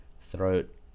throat